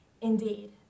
Indeed